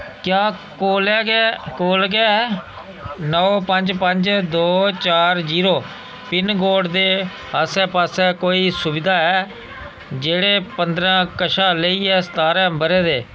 क्या कोलै गै कोल गै नौ पंज पंज दो चार जीरो पिनकोड दे आस्सै पास्सै कोई सुबिधा ऐ जेह्ड़े पंदरां कशा लेइयै सतारां ब'रे दे